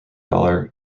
dollar